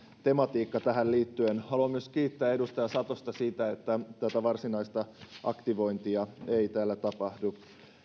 tematiikka tähän liittyen haluan myös kiittää edustaja satosta siitä että tätä varsinaista aktivointia ei täällä tapahdu